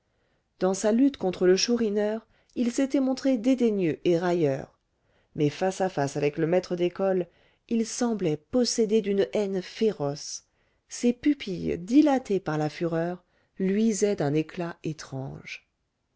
dans sa lutte contre le chourineur il s'était montré dédaigneux et railleur mais face à face avec le maître d'école il semblait possédé d'une haine féroce ses pupilles dilatées par la fureur luisaient d'un éclat étrange